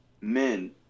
men